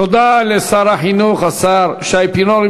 תודה לשר החינוך, השר שי פירון.